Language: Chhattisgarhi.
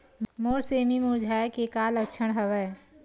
मोर सेमी मुरझाये के का लक्षण हवय?